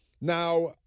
Now